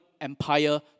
Empire